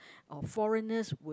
or foreigners would